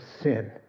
sin